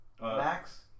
Max